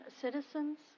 citizens